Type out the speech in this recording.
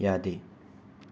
ꯌꯥꯗꯦ